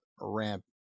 ramp